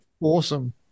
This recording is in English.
awesome